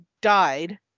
died